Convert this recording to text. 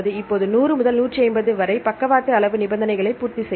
இப்போது 100 முதல் 150 வரை பக்கவாட்டு அளவு நிபந்தனைகளை பூர்த்தி செய்யும்